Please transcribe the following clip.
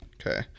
Okay